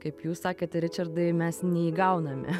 kaip jūs sakėt ričardai mes neįgauname